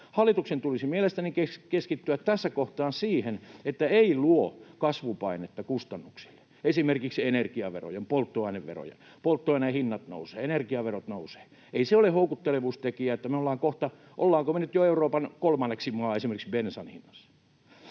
Hallituksen tulisi mielestäni keskittyä tässä kohtaa siihen, että ei luo kasvupainetta kustannuksille esimerkiksi energiaverojen ja polttoaineverojen kautta. Polttoaineen hinnat nousevat, energiaverot nousevat — ei se ole houkuttelevuustekijä, että me ollaan kohta, tai ollaanko me jo nyt, Euroopan kolmanneksi kallein maa esimerkiksi bensan hinnassa.